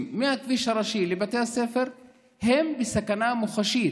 מהכביש הראשי לבתי הספר הם בסכנה מוחשית.